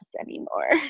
anymore